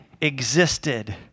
existed